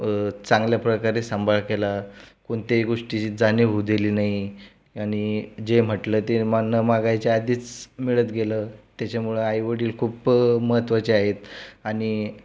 चांगल्याप्रकारे सांभाळ केला कोणत्याही गोष्टीची जाणीव होऊन दिली नाही आणि जे म्हटलं ते न मागायच्या आधीच मिळत गेलं त्याच्यामुळं आईवडील खूप महत्त्वाची आहेत आणि आई